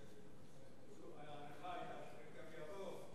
ההנחה היתה שכך יעבור.